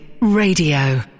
Radio